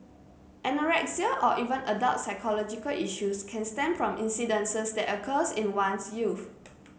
anorexia or even adult psychological issues can stem from incidences that occurs in one's youth